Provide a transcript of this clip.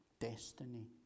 destiny